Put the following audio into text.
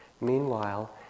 Meanwhile